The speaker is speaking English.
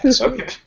Okay